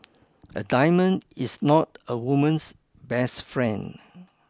a diamond is not a woman's best friend